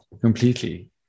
completely